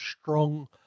strong